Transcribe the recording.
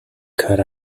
cut